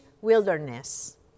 wilderness